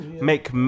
make